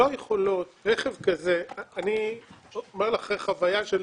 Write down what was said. אני אומר לך כחוויה של